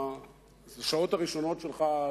בשעות הראשונות שלך,